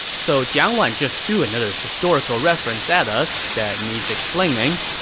so jiang wan just threw another historical reference at us that needs explaining.